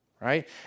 right